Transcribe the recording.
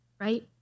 right